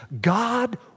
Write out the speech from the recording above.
God